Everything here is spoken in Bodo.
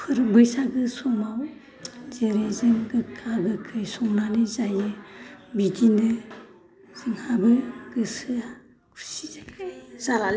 बैसागो समाव जेरै जों गोखा गोखै संनानै जायो बिदिनो जोंहाबो गोसोआ खुसियै